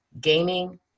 gaming